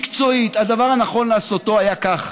מקצועית, הדבר הנכון לעשותו היה כך: